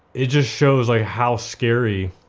it just shows like how scary